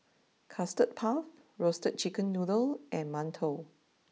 custard Puff Roasted Chicken Noodle and Mantou